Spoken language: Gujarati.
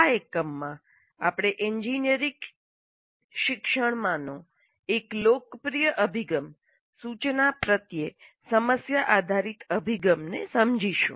આ એકમમાં આપણે એન્જિનિયરિંગ શિક્ષણમાંનો એક લોકપ્રિય અભિગમ સૂચના પ્રત્યે સમસ્યા આધારિત અભિગમને સમજીશું